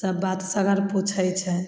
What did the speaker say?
सब बात सगर पूछय छै